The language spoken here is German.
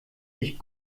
sich